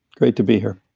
great to be here